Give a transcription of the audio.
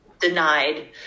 denied